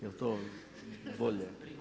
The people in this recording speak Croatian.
Jel' to bolje?